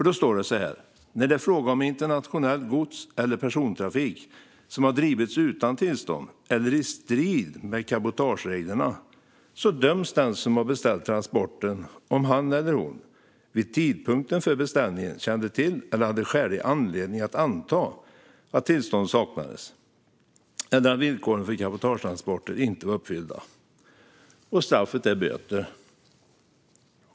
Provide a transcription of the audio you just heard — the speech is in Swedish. Då framgår följande: "När det är fråga om internationell gods eller persontrafik som har drivits utan tillstånd eller i strid med cabotagereglerna, så döms den som har beställt transporten, om han eller hon vid tidpunkten för beställningen kände till eller hade skälig anledning att anta att tillstånd saknades eller att villkoren för cabotagetransporter inte var uppfyllda." Sedan framgår det att "straffet är böter".